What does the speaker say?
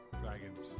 Dragons